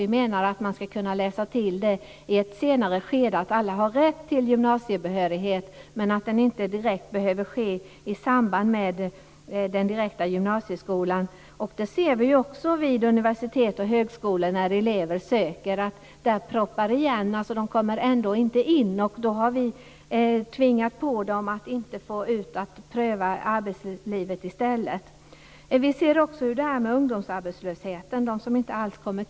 Vi menar att man skall kunna komplettera i ett senare skede. Alla har rätt till högskolebehörighet, men den måste inte ges i direkt samband med gymnasieskolan. Vi kan se att det proppar igen när eleverna söker till universitet och högskolor. De kommer ändå inte in. Vi har tvingat dem att söka dit i stället för att pröva arbetslivet. Vi har också ungdomsarbetslösheten, ungdomar som inte alls kommer in på arbetsmarknaden.